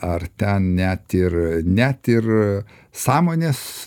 ar ten net ir net ir sąmonės